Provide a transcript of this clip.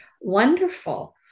wonderful